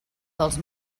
dels